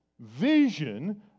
vision